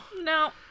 No